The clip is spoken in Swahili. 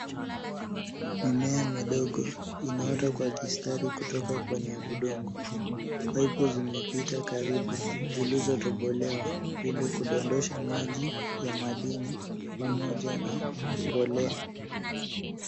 Mimea midogo inaota kwenye kistari kutoka kwenye udongo paipu zimepita karibu zilizotobolewa ili kudondosha maji ya madini pamoja na mbolea.